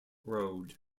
rode